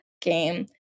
game